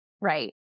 right